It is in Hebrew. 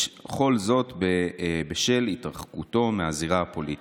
בשל התרחקותו מהזירה הפוליטית".